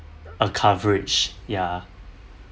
a coverage ya